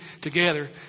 together